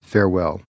Farewell